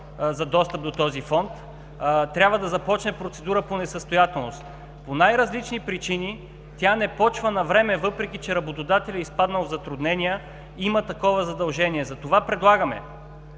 за достъп до този Фонд трябва да започне процедура по несъстоятелност. По най-различни причини тя не започва навреме, въпреки че работодателят е изпаднал в затруднения и има такова задължение. Затова предлагаме: